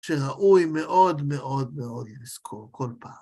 שראוי מאוד מאוד מאוד לזכור כל פעם.